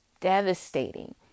devastating